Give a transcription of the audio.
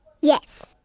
Yes